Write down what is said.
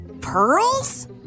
pearls